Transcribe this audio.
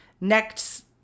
next